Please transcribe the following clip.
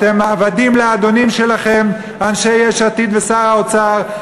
אתם עבדים לאדונים שלכם, אנשי יש עתיד ושר האוצר.